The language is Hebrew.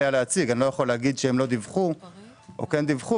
אני לא יכול להגיד שהם לא דיווחו או כן דיווחו,